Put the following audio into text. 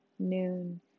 noon